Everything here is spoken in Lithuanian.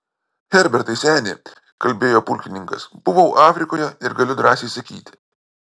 herbertai seni kalbėjo pulkininkas buvau afrikoje ir galiu drąsiai sakyti